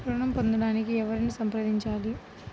ఋణం పొందటానికి ఎవరిని సంప్రదించాలి?